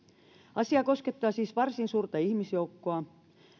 asia koskettaa siis varsin suurta ihmisjoukkoa